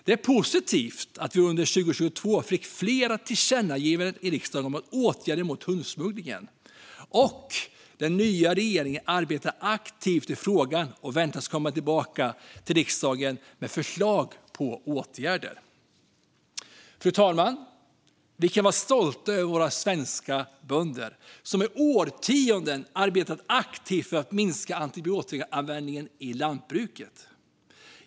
Det är positivt att vi under 2022 fick flera tillkännagivanden i riksdagen om åtgärder mot hundsmuggling. Den nya regeringen arbetar aktivt i frågan och väntas komma tillbaka till riksdagen med förslag på åtgärder. Fru talman! Vi kan vara stolta över våra svenska bönder, som i årtionden har arbetat aktivt för att minska antibiotikaanvändningen i lantbruket.